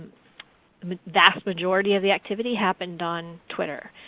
the vast majority of the activity happened on twitter,